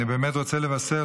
אני באמת רוצה לבשר,